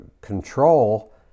control